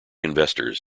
investors